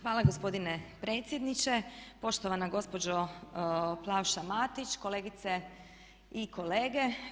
Hvala gospodine predsjedniče, poštovana gospođo Plavša Matić, kolegice i kolege.